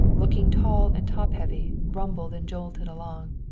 looking tall and top-heavy, rumbled and jolted along.